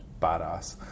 Badass